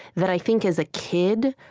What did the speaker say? that i think, as a kid,